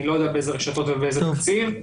אני לא יודע באיזה רשתות ובאיזה תקציב.